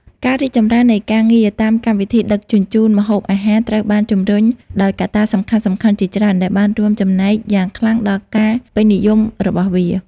ការរីកចម្រើននៃការងារតាមកម្មវិធីដឹកជញ្ជូនម្ហូបអាហារត្រូវបានជំរុញដោយកត្តាសំខាន់ៗជាច្រើន ដែលបានរួមចំណែកយ៉ាងខ្លាំងដល់ការពេញនិយមរបស់វា។